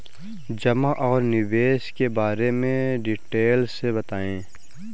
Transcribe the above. जमा और निवेश के बारे में डिटेल से बताएँ?